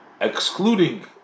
excluding